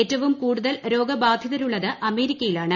ഏറ്റവും കൂടുതൽ രോഗബാധിതരുള്ളത് അമേരിക്കയിലാണ്